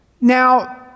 Now